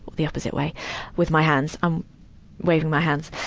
the opposite way with my hands i'm waving my hands.